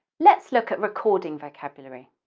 let's look at recording vocabulary.